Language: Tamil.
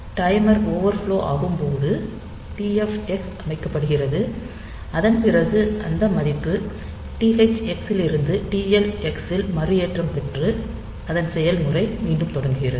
டைமர் ஓவர்ஃப்லோ ஆகும் போது TFx அமைக்கப்படுகிறது அதன் பிறகு அந்த மதிப்பு THX இலிருந்து TLX இல் மறுஏற்றம் பெற்று அதன் செயல்முறை மீண்டும் தொடங்குகிறது